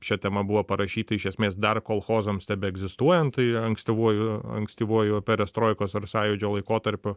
šia tema buvo parašyti iš esmės dar kolchozams tebeegzistuojant tai ankstyvuoju ankstyvuoju perestroikos ar sąjūdžio laikotarpiu